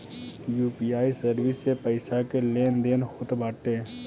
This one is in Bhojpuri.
यू.पी.आई सर्विस से पईसा के लेन देन होत बाटे